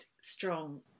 strong